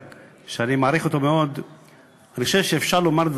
אני רוצה לומר לחבר הכנסת אייכלר,